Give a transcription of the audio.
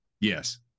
yes